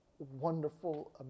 wonderful